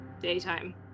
daytime